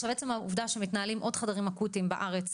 עכשיו עצם העובדה שמתנהלים עוד חדרים אקוטיים בארץ,